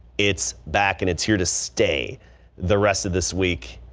it's back and it's here to stay the rest of this week.